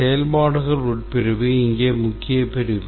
செயல்பாடுகள் உட்பிரிவு இங்கே முக்கிய பிரிவு